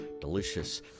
Delicious